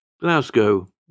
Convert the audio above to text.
Glasgow